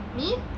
நீ:nee